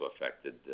affected